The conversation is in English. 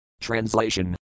Translation